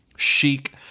chic